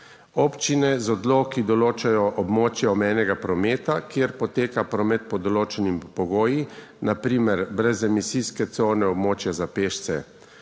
Občine z odloki določajo območja omejenega prometa, kjer poteka promet pod določenimi pogoji. Na primer brez emisijske cone, območja za pešce.